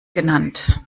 genannt